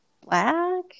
black